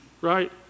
right